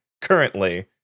currently